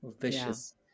vicious